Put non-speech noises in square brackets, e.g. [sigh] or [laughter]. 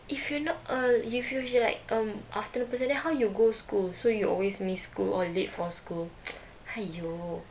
if you not a if you just like um afternoon person then how you go school so you always miss school or late for school [noise] !haiyo!